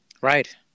Right